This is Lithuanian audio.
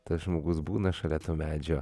tas žmogus būna šalia to medžio